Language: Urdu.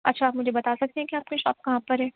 اچھا آپ مجھے بتا سکتی ہیں کہ آپ کی شاپ کہاں پر ہے